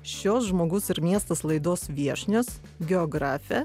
šios žmogus ir miestas laidos viešnios geografė